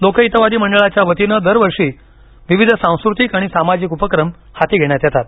लोकहितवादी मंडळाच्या वतीनं दरवर्षी विविध सांस्कृतिक आणि सामाजिक उपक्रम हाती घेण्यात येतात